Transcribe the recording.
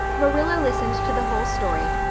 marilla listened to the whole story,